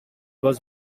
was